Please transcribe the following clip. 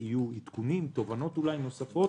עדכונים ותובנות נוספות.